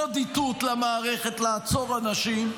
עוד איתות למערכת לעצור אנשים.